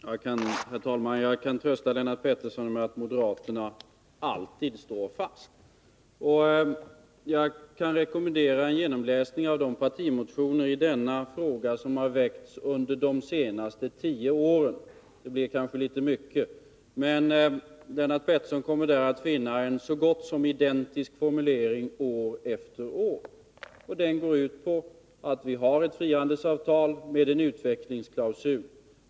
Herr talman! Jag kan trösta Lennart Pettersson med att moderaterna alltid står fast. Jag rekommenderar en genomläsning av de partimotioner i denna fråga som har väckts under de senaste tio åren. Det blir kanske litet mycket, men Lennart Pettersson kommer där att finna en så gott som identisk formulering år efter år, som går ut på att vi har ett frihandelsavtal med utvecklingsklausul.